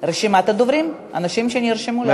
רשימת הדוברים, אנשים שנרשמו להצעת החוק.